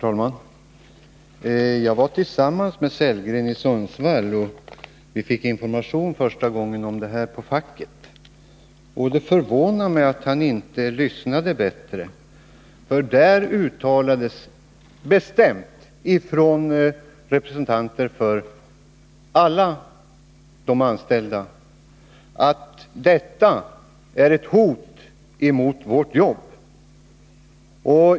Herr talman! Både Rolf Sellgren och jag var tillsammans i Sundsvall, när vi fick den första informationen av facket. Det förvånar mig att han inte lyssnade bättre, därför att där uttalades bestämt från representanter för alla anställda att det är fråga om ett hot mot de anställdas jobb.